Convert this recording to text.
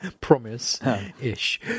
Promise-ish